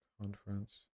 Conference